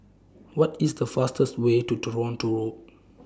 What IS The fastest Way to Toronto Road